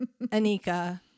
Anika